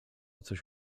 coś